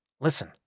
Listen